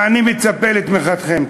אני מצפה לתמיכתכם.